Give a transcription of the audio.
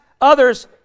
others